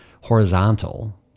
horizontal